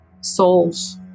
Souls